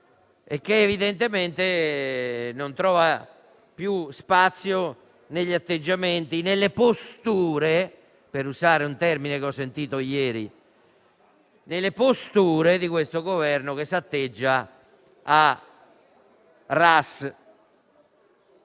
e che evidentemente non trova più spazio negli atteggiamenti e nelle posture - per usare un termine che ho sentito ieri - di questo Governo che si atteggia a